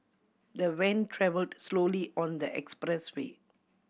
the van travelled slowly on the expressway